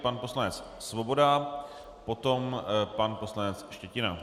Pan poslanec Svoboda, potom pan poslanec Štětina.